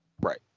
Right